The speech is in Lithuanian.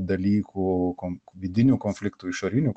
dalykų konk vidinių konfliktų išorinių